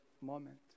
moment